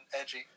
Edgy